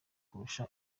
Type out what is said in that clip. kurusha